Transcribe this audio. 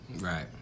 Right